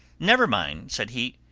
never mind, said he.